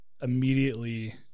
immediately